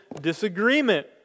disagreement